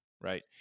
right